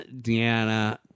Deanna